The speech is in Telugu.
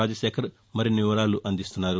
రాజశేఖర్ మరిన్ని వివరాలు అందిస్తున్నారు